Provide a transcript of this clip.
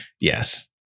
Yes